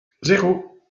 zéro